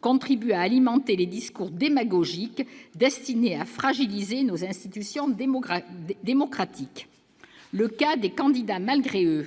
contribue à alimenter les discours démagogiques destinés à fragiliser nos institutions démocratiques. Le cas des « candidats malgré eux »,